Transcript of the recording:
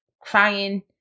crying